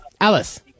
Alice